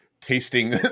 Tasting